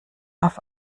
auf